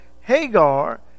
Hagar